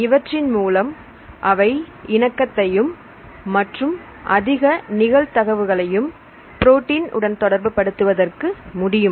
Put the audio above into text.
இவற்றின் மூலம் அவை இணக்கத்தையும் மற்றும் அதிக நிகழ்தகவுகளையும் புரோட்டின் உடன் தொடர்பு படுத்துவதற்கு முடியும்